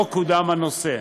לא קודם הנושא.